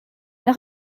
noch